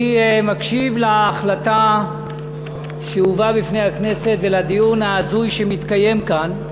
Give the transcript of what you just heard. אני מקשיב להחלטה שהובאה בפני הכנסת ולדיון ההזוי שמתקיים כאן,